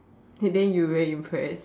and then you very impressed